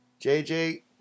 jj